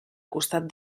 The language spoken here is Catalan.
costat